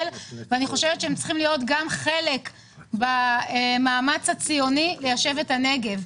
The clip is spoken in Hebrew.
ואני חושבת שהם צריכים להיות גם חלק במאמץ הציוני ליישב את הנגב.